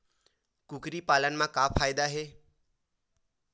कुकरी पालन म का फ़ायदा हे?